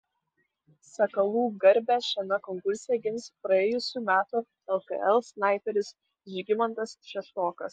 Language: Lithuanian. sakalų garbę šiame konkurse gins praėjusių metų lkl snaiperis žygimantas šeštokas